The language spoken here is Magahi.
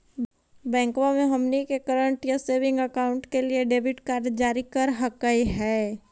बैंकवा मे हमनी के करेंट या सेविंग अकाउंट के लिए डेबिट कार्ड जारी कर हकै है?